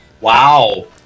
Wow